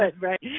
right